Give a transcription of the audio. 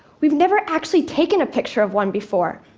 we've never actually taken a picture of one before.